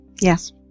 Yes